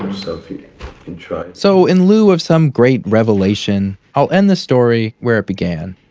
um so if you can try, so in lieu of some great revelation, i'll end the story where it began.